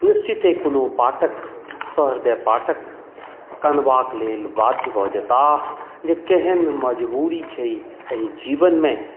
निश्चिते कोनो पाठक सौहृदय पाठक कनबाके लेल बाध्य भऽ जेताह जे केहन मजबुरी छै एहि जीवनमे